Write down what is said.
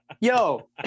Yo